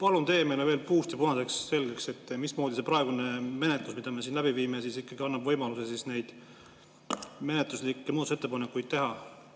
Palun tee meile veel puust ja punaseks selgeks, mismoodi see praegune menetlus, mida me siin läbi viime, ikkagi annab võimaluse neid menetluslikke muudatusettepanekuid teha,